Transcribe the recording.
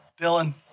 Dylan